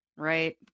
Right